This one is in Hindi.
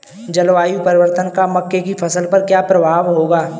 जलवायु परिवर्तन का मक्के की फसल पर क्या प्रभाव होगा?